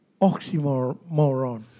oxymoron